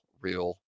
real